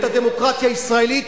את הדמוקרטיה הישראלית,